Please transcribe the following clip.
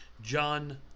John